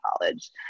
college